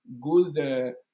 good